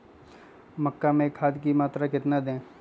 मक्का में खाद की मात्रा कितना दे?